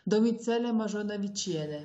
domicelė mažonavičienė